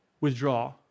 withdraw